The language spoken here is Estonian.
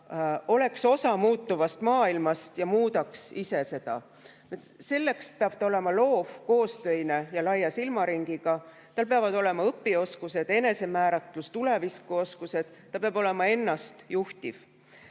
oleks osa muutuvast maailmast ja muudaks ise seda. Selleks peab ta olema loov, koostöine ja laia silmaringiga. Tal peavad olema õpioskused, enesemääratlus[pädevus], tulevikuoskused, ta peab oskama ennast juhtida.